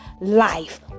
life